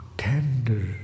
tender